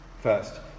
First